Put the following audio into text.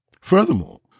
Furthermore